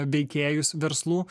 veikėjus verslų